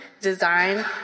design